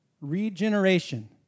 Regeneration